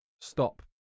stop